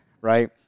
right